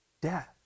death